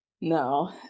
No